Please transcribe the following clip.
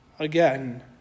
Again